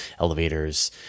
elevators